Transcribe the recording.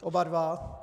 Oba dva?